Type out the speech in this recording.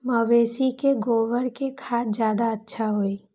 मवेसी के गोबर के खाद ज्यादा अच्छा होई?